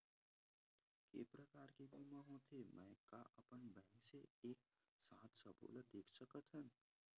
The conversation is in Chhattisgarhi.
के प्रकार के बीमा होथे मै का अपन बैंक से एक साथ सबो ला देख सकथन?